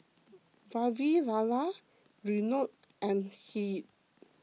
Vavilala Renu and Hri